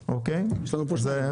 הצבעה אושר.